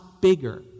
bigger